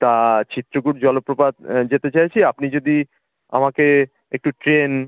তা চিত্রকূট জলপ্রপাত যেতে চাইছি আপনি যদি আমাকে একটু ট্রেন